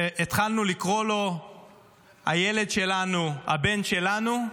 והתחלנו לקרוא לו "הילד שלנו", "הבן שלנו",